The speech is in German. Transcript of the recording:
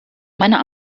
meiner